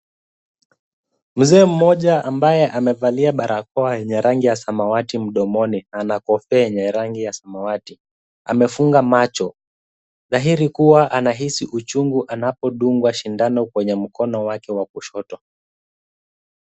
Mzee mmoja ambaye amevalia barakoa yenye rangi ya samawati mdomoni ana kofia yenye rangi ya samawati. Amefunga macho. Dhahiri kuwa anahisi uchungu anapodungwa shindano kwenye mkono wake wa kushoto.